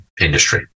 industry